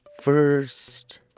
first